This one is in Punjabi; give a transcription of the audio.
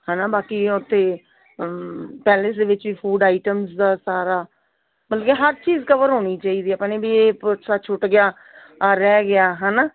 ਹੈ ਨਾ ਬਾਕੀ ਉੱਥੇ ਪੈਲਿਸ ਦੇ ਵਿੱਚ ਵੀ ਫੂਡ ਆਈਟਮਸ ਦਾ ਸਾਰਾ ਮਤਲਬ ਕਿ ਹਰ ਚੀਜ਼ ਕਵਰ ਹੋਣੀ ਚਾਹੀਦੀ ਆਪਣੇ ਵੀ ਇਹ ਪਿੱਛੇ ਛੁੱਟ ਗਿਆ ਆਹ ਰਹਿ ਗਿਆ ਹੈ ਨਾ